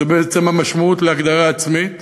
זו בעצם המשמעות של הגדרה עצמית,